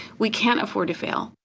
we can't afford to fail,